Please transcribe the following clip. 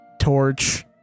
torch